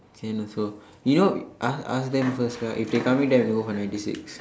can also you know ask ask them first right if they coming then we go for ninety six